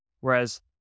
Whereas